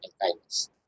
kindness